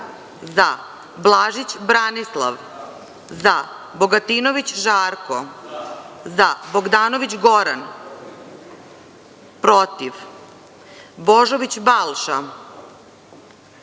zaBlažić Branislav – zaBogatinović Žarko – zaBogdanović Goran – protivBožović Balša